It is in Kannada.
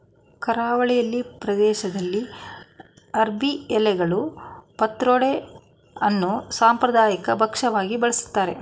ಕರಾವಳಿ ಪ್ರದೇಶ್ದಲ್ಲಿ ಅರ್ಬಿ ಎಲೆಗಳನ್ನು ಪತ್ರೊಡೆ ಅನ್ನೋ ಸಾಂಪ್ರದಾಯಿಕ ಭಕ್ಷ್ಯವಾಗಿ ಬಳಸ್ತಾರೆ